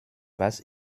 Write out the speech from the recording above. was